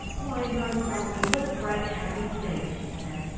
why, my darling, what a bright, happy face! she said.